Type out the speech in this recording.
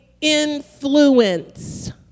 influence